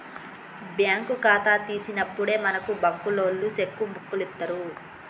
bank ఖాతా తీసినప్పుడే మనకు బంకులోల్లు సెక్కు బుక్కులిత్తరు